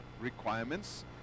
requirements